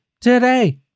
today